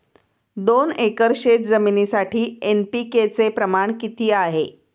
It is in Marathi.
दोन एकर शेतजमिनीसाठी एन.पी.के चे प्रमाण किती आहे?